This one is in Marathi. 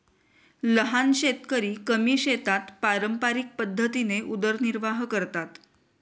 लहान शेतकरी कमी शेतात पारंपरिक पद्धतीने उदरनिर्वाह करतात